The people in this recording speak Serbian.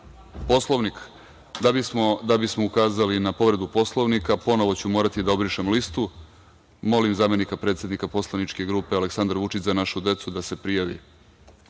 Poslovnika.)Da bismo ukazali na povredu Poslovnika ponovo ću morati da obrišem listu. Molim zamenika predsednika poslaničke grupe "Aleksandar Vučić - Za našu decu" da se prijavi. Imate